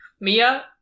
Mia